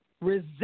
resist